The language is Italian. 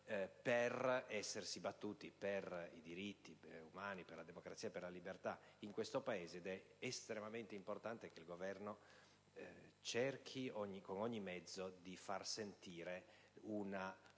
per essersi battuti per i diritti umani, per la democrazia e per la libertà in quel Paese. È estremamente importante che il Governo cerchi con ogni mezzo di far sentire una